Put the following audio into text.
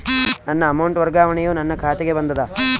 ನನ್ನ ಅಮೌಂಟ್ ವರ್ಗಾವಣೆಯು ನನ್ನ ಖಾತೆಗೆ ಬಂದದ